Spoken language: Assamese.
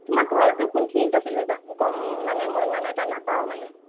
তোমাৰ ঘৰটো কোনখিনিত আছিলে জা গম মানে মই ইমান এটা নাপাওঁ মানে